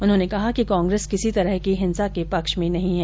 उन्होंने कहा कि कांग्रेस किसी तरह की हिंसा के पक्ष में नहीं हैं